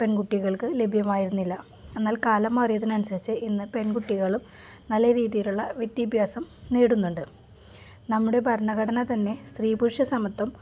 പെൺകുട്ടികൾക്ക് ലഭ്യമായിരുന്നില്ല എന്നാൽ കാലം മാറിയതിനനുസരിച്ച് ഇന്ന് പെൺകുട്ടികളും നല്ല രീതിയിലുള്ള വിദ്യാഭ്യാസം നേടുന്നുണ്ട് നമ്മുടെ ഭരണഘടന തന്നെ സ്ത്രീ പുരുഷ സമത്വം